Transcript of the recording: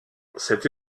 cette